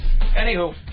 Anywho